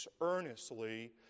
earnestly